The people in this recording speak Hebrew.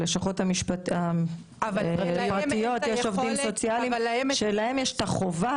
בלשכות הפרטיות יש עובדים סוציאליים שלהם יש את החובה,